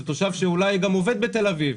זה תושב שאולי גם עובד בתל אביב.